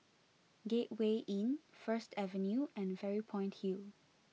Gateway Inn First Avenue and Fairy Point Hill